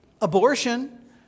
abortion